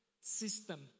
system